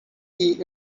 key